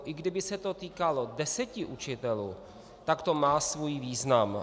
I kdyby se to týkalo deseti učitelů, tak to má svůj význam.